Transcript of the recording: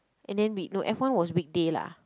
and then we no F one was weekday lah